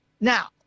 now